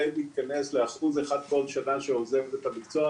די מתכנס לאחוז אחד שעוזב את המקצוע.